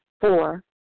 Four